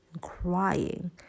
crying